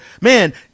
Man